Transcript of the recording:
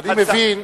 אני מבין,